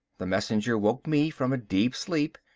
the messenger woke me from a deep sleep,